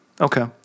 Okay